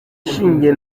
shinge